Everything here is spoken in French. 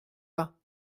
pas